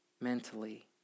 mentally